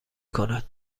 کند